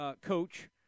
coach